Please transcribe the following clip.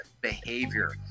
behavior